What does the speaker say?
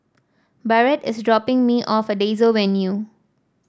Barrett is dropping me off at Daisy Avenue